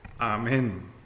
Amen